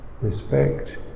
respect